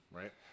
right